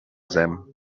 them